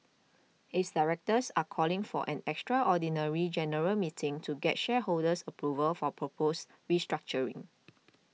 its directors are calling for an extraordinary general meeting to get shareholders approval for proposed restructuring